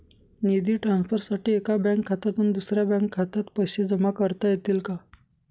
निधी ट्रान्सफरसाठी एका बँक खात्यातून दुसऱ्या बँक खात्यात पैसे जमा करता येतील का?